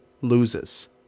loses